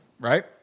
right